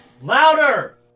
Louder